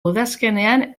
udazkenean